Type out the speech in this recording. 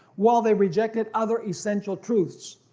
while they rejected other essential truths.